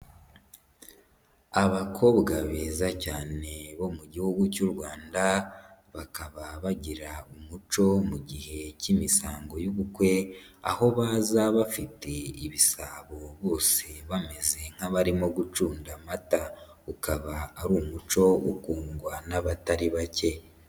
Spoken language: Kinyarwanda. Abakobwa beza cyane bo mu gihugu cy'u Rwanda, bakaba bagira umuco mu gihe cy'imisango y'ubukwe, aho baza bafite ibisabo bose bameze nk'abarimo gucunda amata, ukaba ari umuco ukundwa n'abatari bake.